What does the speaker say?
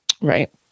right